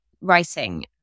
writing